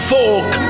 Folk